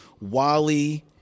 Wally